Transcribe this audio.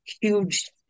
huge